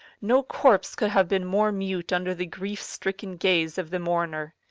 no corpse could have been more mute under the grief-stricken gaze of the mourner.